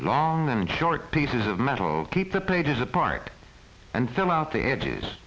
long and short pieces of metal keep the pages apart and fill out the edges